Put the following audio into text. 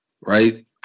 Right